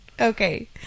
Okay